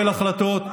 החלטות.